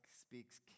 speaks